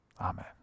Amen